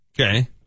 Okay